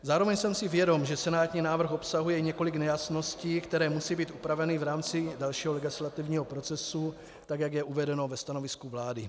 Zároveň jsem si vědom, že senátní návrh obsahuje několik nejasností, které musí být upraveny v rámci dalšího legislativního procesu, jak je uvedeno ve stanovisku vlády.